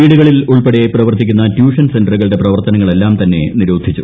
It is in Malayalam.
വീടുകളിൽ ഉൾപ്പടെ പ്രവർത്തിക്കുന്ന ട്യൂഷൻ സെന്ററുകളുടെ പ്രവർത്തനങ്ങളെല്ലാം തന്നെ നിരോധിച്ചു